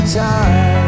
time